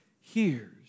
hears